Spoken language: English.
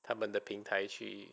他们的平台去